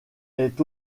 est